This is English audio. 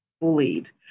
bullied